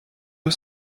eux